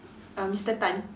err Mister Tan